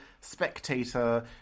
spectator